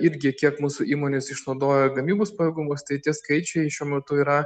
irgi kiek mūsų įmonės išnaudoja gamybos pajėgumus tai tie skaičiai šiuo metu yra